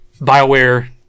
Bioware